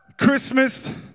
Christmas